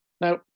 Now